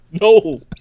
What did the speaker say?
no